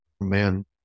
Man